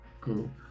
cool